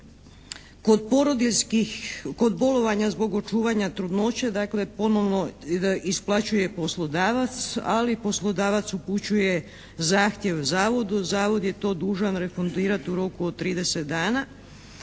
kod porodiljskih, kod bolovanja zbog očuvanja trudnoće dakle ponovno isplaćuje poslodavac, ali poslodavac upućuje zahtjev zavodu, zavod je to dužan refundirati u roku od 30 dana,